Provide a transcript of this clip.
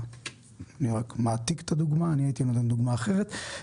אני רק מעתיק את הדוגמה, הייתי נותן דוגמה אחרת.